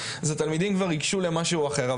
אז התלמידים כבר ייגשו למשהו אחר.